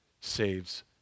saves